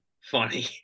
funny